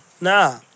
nah